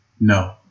No